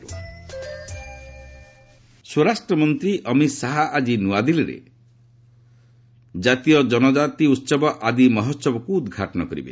AADI ମହୋହବ ସ୍ୱରାଷ୍ଟ୍ର ମନ୍ତ୍ରୀ ଅମିତ ଶାହା ଆଜି ନୂଆଦିଲ୍ଲୀରେ କାତୀୟ ଜନଜାତି ଉହବ ଆଦି ମହୋହବକୁ ଉଦ୍ଘାଟନ କରିବେ